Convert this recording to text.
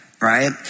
right